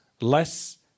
less